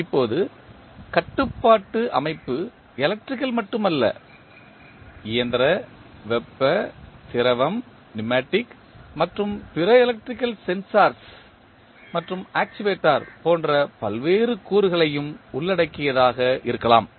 இப்போது கட்டுப்பாட்டு அமைப்பு எலக்ட்ரிக்கல் மட்டுமல்ல இயந்திர வெப்ப திரவம் நியூமேடிக் மற்றும் பிற எலக்ட்ரிக்கல் சென்சார்கள் மற்றும் ஆக்சுவேட்டர்கள் போன்ற பல்வேறு கூறுகளையும் உள்ளடக்கியதாக இருக்கலாம்